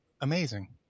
amazing